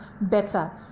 better